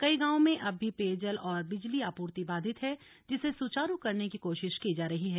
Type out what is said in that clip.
कई गांवों में अब भी पेयजल और बिजली आपूर्ति बाधित है जिसे सुचारु करने की कोशिश की जा रही है